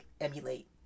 emulate